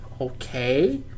okay